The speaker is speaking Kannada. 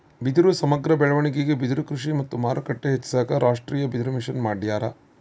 ಬಿದಿರು ಸಮಗ್ರ ಬೆಳವಣಿಗೆಗೆ ಬಿದಿರುಕೃಷಿ ಮತ್ತು ಮಾರುಕಟ್ಟೆ ಹೆಚ್ಚಿಸಾಕ ರಾಷ್ಟೀಯಬಿದಿರುಮಿಷನ್ ಮಾಡ್ಯಾರ